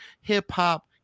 hip-hop